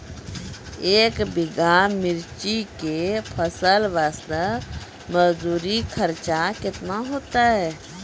एक बीघा मिर्ची के फसल वास्ते मजदूरी खर्चा केतना होइते?